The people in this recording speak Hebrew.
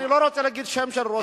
אני לא רוצה להגיד שם של ראש עיר.